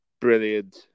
Brilliant